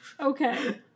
Okay